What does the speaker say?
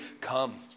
Come